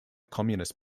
communist